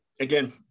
Again